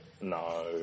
No